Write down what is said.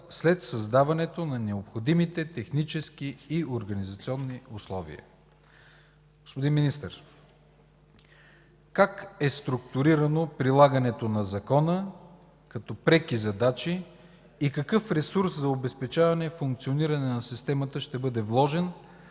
след създаването на необходимите технически и организационни условия.” Господин Министър, как е структурирано прилагането на Закона като преки задачи и какъв ресурс за обезпечаване и функциониране на системата ще бъде вложен,